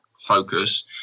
focus